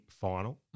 final